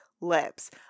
lips